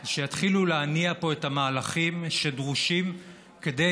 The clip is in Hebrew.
זה שיתחילו להניע פה את המהלכים שדרושים כדי